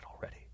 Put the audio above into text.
already